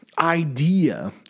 idea